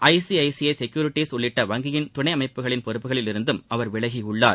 ICICI securities உள்ளிட்ட வங்கியின் துணை அமைப்புகளின் பொறுப்புகளில் இருந்தும் அவர் விலகியுள்ளார்